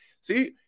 See